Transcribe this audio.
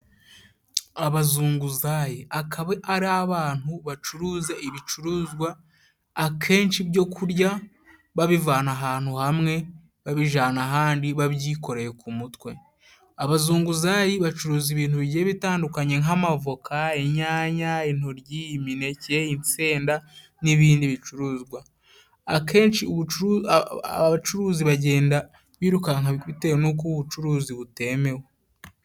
Abazunguzayi akaba ari abantu bacuruza ibicuruzwa, akenshi ibyo kurya. Babivana ahantu hamwe babijana ahandi babyikoreye ku mutwe. Abazunguzayi bacuruza ibintu bigiye bitandukanye nk'amavoka, inyanya, intoryi, imineke, isenda n'ibindi bicuruzwa. Akenshi abacuruzi bagenda birukanka bitewe n'uko ubucuruzi butemewe.